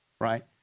right